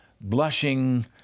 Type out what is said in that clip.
blushing